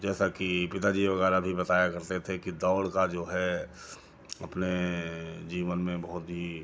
जैसा कि पिता जी वगैरह भी बताया करते थे कि दौड़ का जो है अपने जीवन में बहुत ही